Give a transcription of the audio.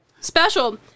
special